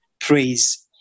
Praise